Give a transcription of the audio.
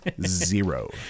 zero